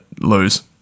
lose